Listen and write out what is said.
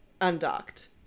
undocked